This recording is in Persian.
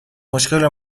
مشکل